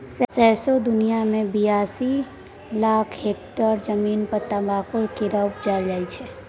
सौंसे दुनियाँ मे बियालीस लाख हेक्टेयर जमीन पर तमाकुल केर उपजा होइ छै